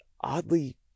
oddly